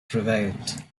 prevailed